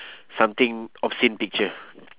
something obscene picture